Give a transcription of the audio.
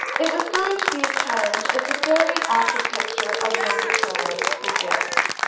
it was going to be a challenge as the very architecture of monticello suggests.